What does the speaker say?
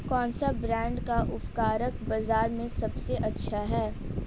कौनसे ब्रांड का उर्वरक बाज़ार में सबसे अच्छा हैं?